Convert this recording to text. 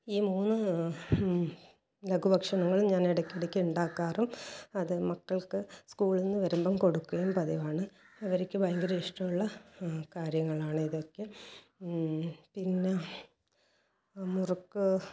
ഈ മൂന്ന് ലഘുഭക്ഷണങ്ങളും ഞാൻ ഇടക്കിടക്ക് ഉണ്ടാക്കാറും അത് മക്കൾക്ക് സ്കൂളിൽനിന്ന് വരുമ്പോൾ കൊടുക്കുകയും പതിവാണ് അവർക്ക് ഭയങ്കര ഇഷ്ടമുള്ള കാര്യങ്ങളാണ് ഇതൊക്കെ പിന്നെ മുറുക്ക്